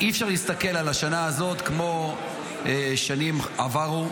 אי-אפשר להסתכל על השנה הזאת כמו שנים עברו.